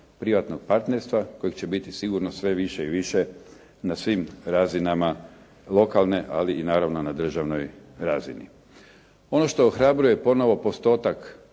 privatnog partnerstva kojeg će biti sigurno sve više i više na svim razinama lokalne, ali i naravno na državnoj razini. Ono što ohrabruje ponovo postotak